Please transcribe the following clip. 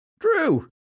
Drew